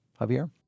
Javier